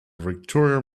victoria